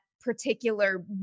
particular